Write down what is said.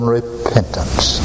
repentance